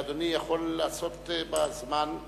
ואדוני יכול לעשות בזמן,